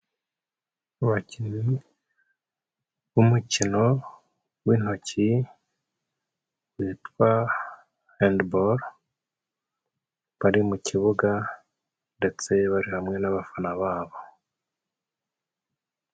Abakinnyi b'umukino w'intoki witwa handiboro, bari mu kibuga ndetse bari hamwe n'abafana babo.